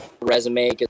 resume